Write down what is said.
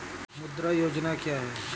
मुद्रा योजना क्या है?